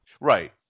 Right